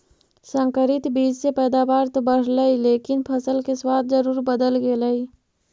संकरित बीज से पैदावार तो बढ़लई लेकिन फसल के स्वाद जरूर बदल गेलइ